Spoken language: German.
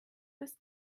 bis